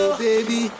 baby